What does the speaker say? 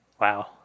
Wow